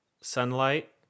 sunlight